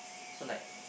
so like